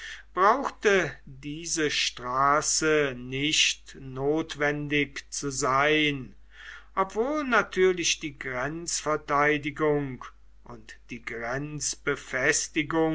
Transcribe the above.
brauchte diese straße nicht notwendig zu sein obwohl natürlich die grenzverteidigung und die